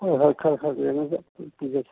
ꯍꯣꯏ ꯍꯣꯏ ꯈꯔ ꯈꯔ ꯌꯦꯡꯉꯒ ꯄꯤꯖꯒꯦ